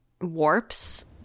warps